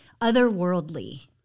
otherworldly